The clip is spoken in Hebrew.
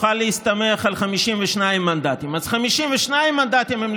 חבר הכנסת אקוניס, בבקשה.